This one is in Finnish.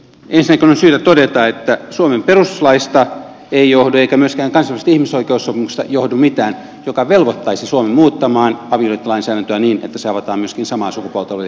ensinnäkin on syytä todeta että suomen perustuslaista tai myöskään kansainvälisistä ihmisoikeussopimuksista ei johdu mitään mikä velvoittaisi suomen muuttamaan avioliittolainsäädäntöä niin että se avataan myöskin samaa sukupuolta oleville henkilöille